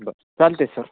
बरं चालते सर